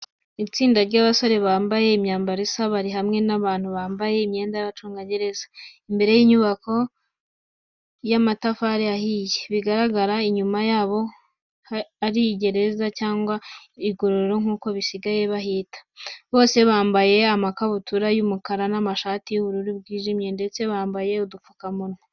Itsinda ry'abasore bambaye imyambaro isa, bari hamwe n’abantu bambaye imyenda y'abacungagereza. Imbere y’inyubako y’amatafari ahiye. Bigaragarako inyuma yabo ari muri gereza cyangwa igororero nkuko basigaye bahita. Bose bambaye amakabutura y’umukara n’amashati y’ubururu bw’ijimye, ndetse bambaye udupfukamunwa.